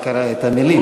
הוא רק הקריא את המילים.